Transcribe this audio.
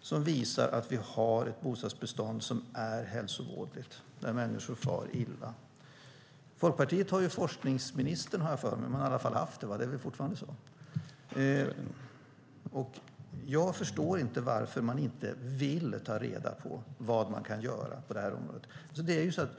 och de visar att vi har ett bostadsbestånd som är hälsovådligt och där människor far illa. Folkpartiet har forskningsministerposten, har jag för mig. Det är väl fortfarande så? Jag förstår inte varför man inte vill ta reda på vad man kan göra på det här området.